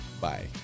Bye